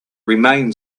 remain